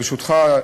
ברשותך,